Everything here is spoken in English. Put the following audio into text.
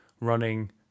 running